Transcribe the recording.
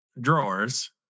drawers